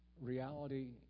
reality